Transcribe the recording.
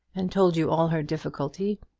and told you all her difficulty,